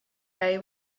eye